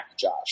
Josh